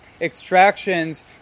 extractions